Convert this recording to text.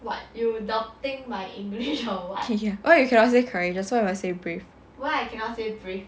why you cannot say courageous why you cannot say brave